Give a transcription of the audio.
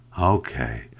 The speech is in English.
Okay